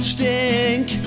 Stink